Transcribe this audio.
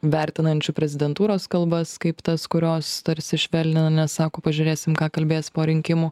vertinančių prezidentūros kalbas kaip tas kurios tarsi švelnina nes sako pažiūrėsim ką kalbės po rinkimų